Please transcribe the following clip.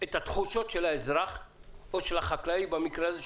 התחושות של האזרח או של החקלאי במקרה הזה.